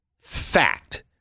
fact